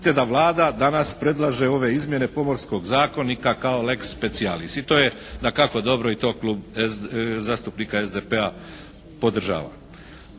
da Vlada danas predlaže ove izmjene Pomorskog zakonika kao "lex specialis". I to je dakako dobro i to Klub zastupnika SDP-a podržava.